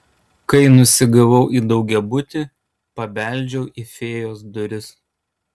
kai nusigavau į daugiabutį pabeldžiau į fėjos duris